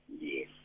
Yes